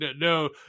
no